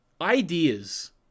ideas